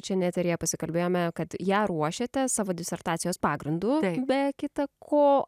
čia ne eteryje pasikalbėjome kad ją ruošiate savo disertacijos pagrindu be kita ko